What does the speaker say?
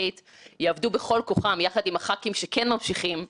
חסרת תקדים לכנסת הזאת והראתה שהכנסת יכולה להיות גורם אפקטיבי בפיקוח,